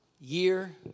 year